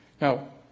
Now